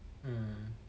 mm